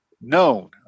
Known